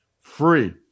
free